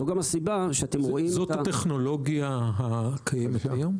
זו גם הסיבה שאתם רואים את --- זאת הטכנולוגיה הקיימת היום?